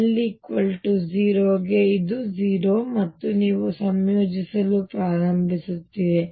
ಆದ್ದರಿಂದ l 0 ಗೆ ಇದು 0 ಮತ್ತು ನೀವು ಸಂಯೋಜಿಸಲು ಪ್ರಾರಂಭಿಸುತ್ತೀರಿ